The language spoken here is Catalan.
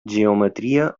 geometria